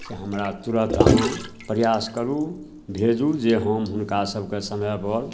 से हमरा तुरन्त अहाँ प्रयास करू भेजू जे अहाँ हम हुनकासभके समयपर